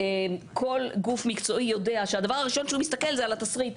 כל גוף מקצועי יודע שהדבר הראשון שעליו הוא מסתכל זה התשריט.